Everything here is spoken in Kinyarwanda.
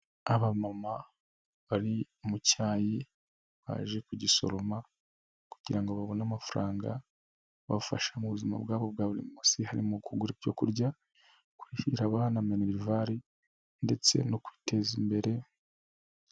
Abamama bari mu cyayi baje kugisoroma kugira ngo babone amafaranga abafasha mu buzima bwabo bwa buri munsi harimo kugura ibyo kurya, kurihira abana minerivare ndetse no kwiteza imbere.